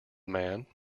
man